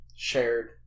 shared